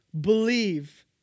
Believe